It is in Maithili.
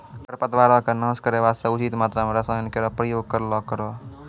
खरपतवारो क नाश करै वास्ते उचित मात्रा म रसायन केरो प्रयोग करलो करो